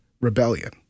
rebellion